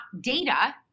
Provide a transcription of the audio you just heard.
data